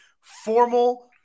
formal